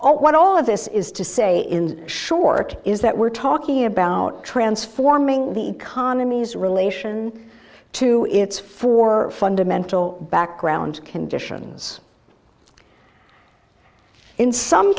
what what all of this is to say in short is that we're talking about transforming the economies relation to its four fundamental background conditions in some